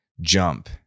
jump